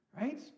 right